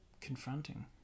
confronting